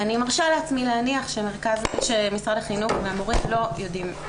ואני מרשה לעצמי להניח שמשרד החינוך והמורים לא יודעים,